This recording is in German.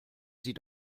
sie